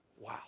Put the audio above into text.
Wow